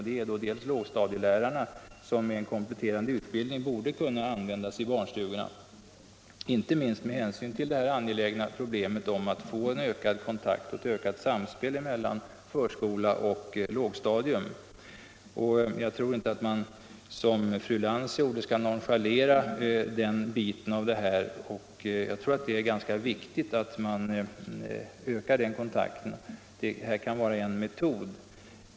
Det är lågstadielärarna, som med en kompletterande utbildning borde kunna användas i barnstugorna, inte minst med hänsyn till det angelägna i att få ökad kontakt och ett ökat samspel mellan förskola och lågstadium. Jag tror inte att man som fru Lantz gjorde skall nonchalera den synpunkten. Jag tror att det är viktigt att öka den kontakten, och detta kan vara en metod.